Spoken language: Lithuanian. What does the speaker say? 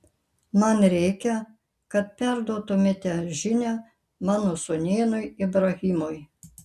man reikia kad perduotumėte žinią mano sūnėnui ibrahimui